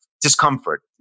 discomfort